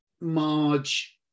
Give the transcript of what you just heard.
Marge